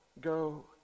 go